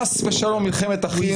חס ושלום מלחמת אחים.